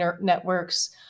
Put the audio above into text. networks